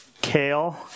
kale